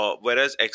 whereas